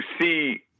see